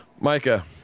Micah